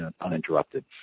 uninterrupted